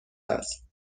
است